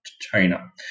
China